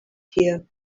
here